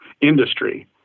industry